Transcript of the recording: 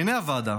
בעיני הוועדה,